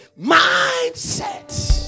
Mindset